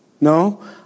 No